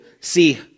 see